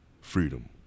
freedom